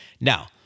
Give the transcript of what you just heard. Now